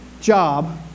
job